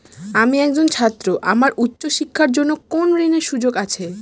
আমি একজন ছাত্র আমার উচ্চ শিক্ষার জন্য কোন ঋণের সুযোগ আছে?